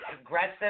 aggressive